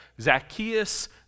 Zacchaeus